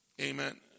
Amen